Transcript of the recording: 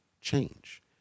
change